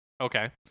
Okay